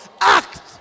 Act